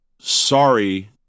sorry